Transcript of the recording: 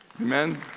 Amen